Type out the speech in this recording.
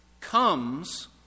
comes